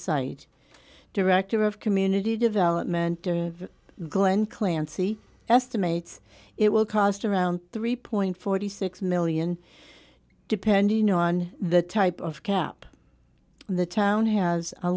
site director of community development glenn clancy estimates it will cost around three point forty six million depend you know on the type of cap the town has a